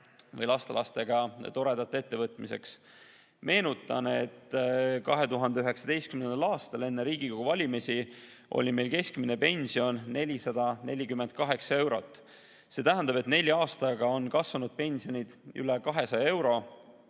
või lastelastega ette võtta. Meenutan, et 2019. aastal enne Riigikogu valimisi oli meil keskmine pension 448 eurot. See tähendab, et nelja aastaga on kasvanud pensionid üle 200 euro